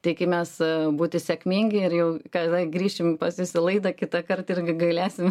tai kai mes būti sėkmingi ir jau kada grįšim pas jus į laidą kitąkart irgi galėsime